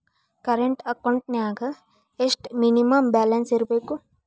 Current ಅಕೌಂಟೆಂನ್ಯಾಗ ಎಷ್ಟ minimum balance ಇರ್ಬೇಕು?